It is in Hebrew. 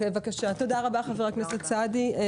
תודה רבה חבר הכנסת סעדי.